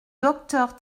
docteur